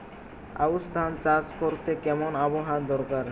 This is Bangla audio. আউশ ধান চাষ করতে কেমন আবহাওয়া দরকার?